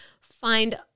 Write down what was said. find